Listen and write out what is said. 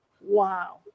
Wow